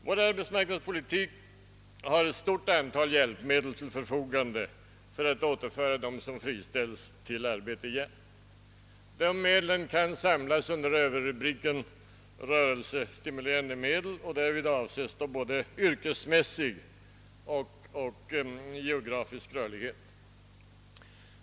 Vår arbetsmarknadspolitik har ett stort antal hjälpmedel till förfogande för att återföra i arbete dem som friställts, Dessa medel kan sammanfattas under rubriken rörlighetsstimulerande medel, och därmed avses då både yrkesmässig och geografisk rörlighet.